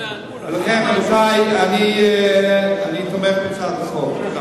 לכן, רבותי, אני תומך בהצעת החוק.